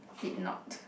did not